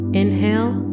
inhale